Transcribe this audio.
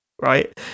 right